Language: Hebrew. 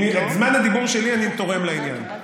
את זמן הדיבור שלי אני תורם לעניין.